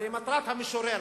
הרי מטרת המשורר,